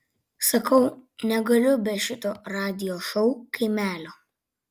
sakau negaliu be šito radijo šou kaimelio